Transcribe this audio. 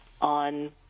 on